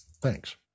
Thanks